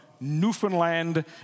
Newfoundland